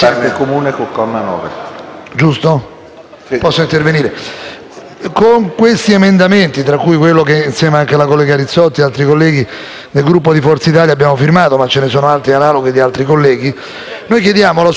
con questi emendamenti, tra cui quello che, insieme alla collega Rizzotti e altri colleghi del Gruppo di Forza Italia, abbiamo firmato - ma ce ne sono altri analoghi di altri colleghi - chiediamo la soppressione del comma 9 dell'articolo 1, che è fondamentale. In esso